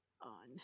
on